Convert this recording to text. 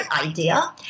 idea